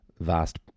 vast